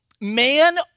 man